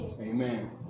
Amen